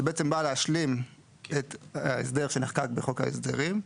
שבאה להשלים את ההסדר שנחקק בחוק ההסדרים.